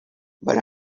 but